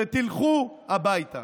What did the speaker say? שתלכו הביתה.